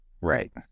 right